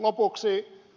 lopuksi